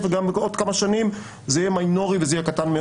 וגם בעוד כמה שנים זה יהיה מינורי מאוד.